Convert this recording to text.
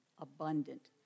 abundant